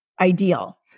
ideal